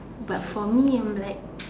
but for me I'm like